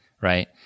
Right